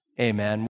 Amen